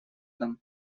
дом